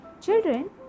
Children